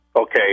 Okay